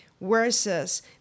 versus